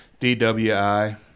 DWI